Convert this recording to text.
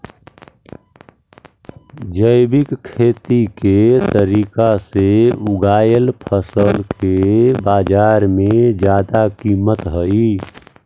जैविक खेती के तरीका से उगाएल फसल के बाजार में जादा कीमत हई